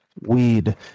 weed